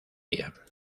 día